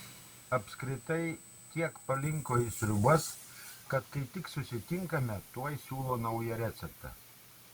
apskritai tiek palinko į sriubas kad kai tik susitinkame tuoj siūlo naują receptą